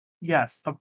Yes